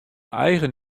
eigen